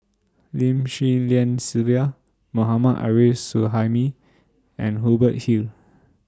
Lim Swee Lian Sylvia Mohammad Arif Suhaimi and Hubert Hill